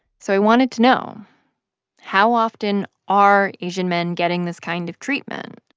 so i wanted to know how often are asian men getting this kind of treatment?